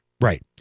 Right